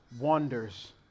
wonders